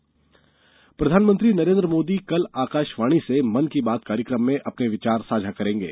मन की बात प्रधानमंत्री नरेन्द्र मोदी कल आकाशवाणी से मन की बात कार्यक्रम में अपने विचार साझा करेंगे